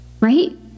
Right